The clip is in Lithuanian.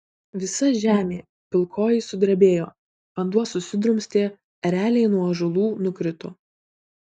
visa žemė pilkoji sudrebėjo vanduo susidrumstė ereliai nuo ąžuolų nukrito